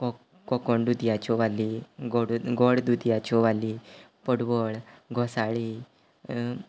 को कोंकोण दुदयाच्यो वाली गोड द गोड दुदयाच्यो वाली पडवळ घोसाळीं